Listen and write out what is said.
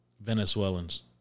Venezuelans